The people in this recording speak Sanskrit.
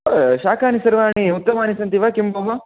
शाकानि सर्वाणि उत्तमानि सन्ति वा किं भोः